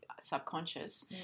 subconscious